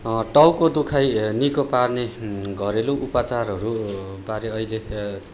टाउको दुखाई निको पार्ने घरेलु उपाचारहरूबारे अहिले